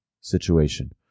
situation